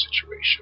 situation